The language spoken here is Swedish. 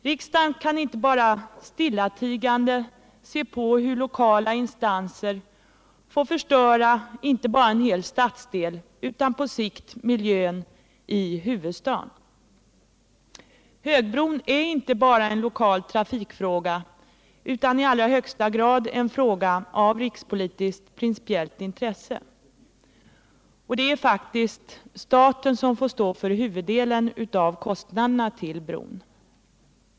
Riksdagen kan inte stillatigande se på hur lokala instanser får förstöra inte bara en hel stadsdel utan på sikt miljön i huvudstaden. Högbron är inte bara en lokal trafikfråga, utan i allra högsta grad en fråga av rikspolitiskt principiellt intresse. Och det är faktiskt staten som får stå för huvuddelen av kostnaderna till bron.